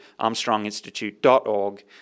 armstronginstitute.org